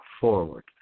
forward